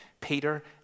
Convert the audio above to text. Peter